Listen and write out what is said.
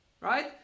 right